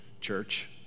church